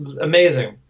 Amazing